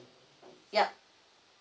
yup